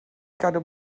gadw